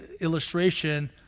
illustration